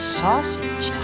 sausage